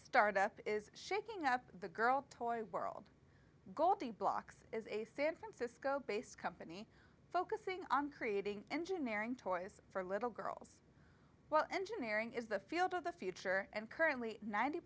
startup is shaking up the girl toy world goldie blox is a san francisco based company focusing on creating engineering toys for little girls well engineering is the field of the future and currently ninety